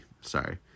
sorry